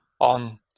on